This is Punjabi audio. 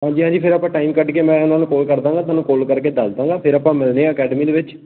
ਹਾਂਜੀ ਹਾਂਜੀ ਫਿਰ ਆਪਾਂ ਟਾਈਮ ਕੱਢ ਕੇ ਮੈਂ ਉਹਨਾਂ ਨੂੰ ਕੋਲ ਕਰ ਦਾਂਗਾ ਤੁਹਾਨੂੰ ਕੋਲ ਕਰਕੇ ਦੱਸ ਦਾਂਗਾ ਫਿਰ ਆਪਾਂ ਮਿਲਦੇ ਹਾਂ ਅਕੈਡਮੀ ਦੇ ਵਿੱਚ